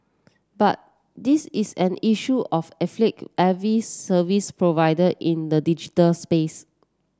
but this is an issue of afflict every service provider in the digital space